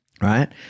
Right